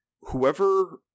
whoever